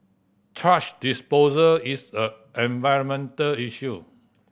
thrash disposal is a environmental issue